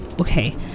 okay